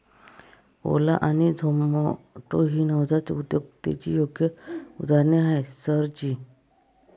ओला आणि झोमाटो ही नवजात उद्योजकतेची योग्य उदाहरणे आहेत सर जी